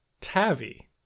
Tavi